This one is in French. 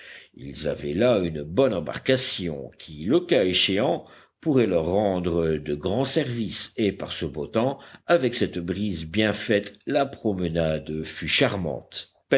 ils avaient là une bonne embarcation qui le cas échéant pourrait leur rendre de grands services et par ce beau temps avec cette brise bien faite la promenade fut charmante